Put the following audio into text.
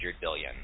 billion